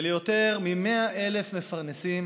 וליותר מ-100,000 מפרנסים,